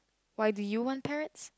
why do you want parrots